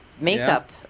makeup